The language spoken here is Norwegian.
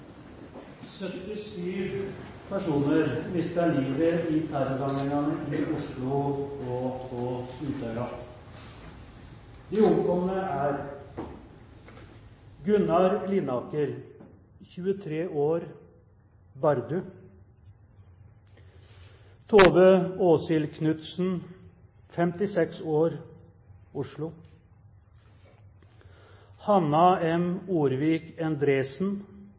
livet i terrorhandlingene i Oslo og på Utøya. De omkomne er: Gunnar Linaker, 23 år, Bardu Tove Åshill Knutsen, 56 år, Oslo Hanna M. Orvik Endresen,